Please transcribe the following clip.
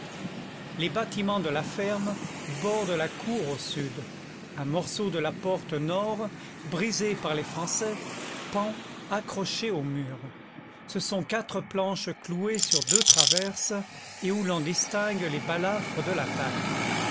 les bâtiments de la ferme bordent la cour au sud un morceau de la porte nord brisée par les français pend accroché au mur ce sont quatre planches clouées sur deux traverses et où l'on distingue les balafres de l'attaque